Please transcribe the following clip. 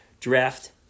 draft